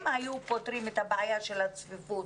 אם היו פותרים את הבעיה של הצפיפות